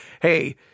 hey